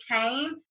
came